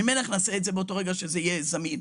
ממילא נעשה את זה באותו רגע שזה יהיה זמין,